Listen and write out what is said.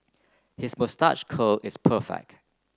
his moustache curl is perfect